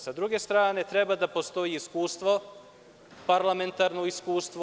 Sa druge strane, treba da postoji iskustvo, parlamentarno iskustvo.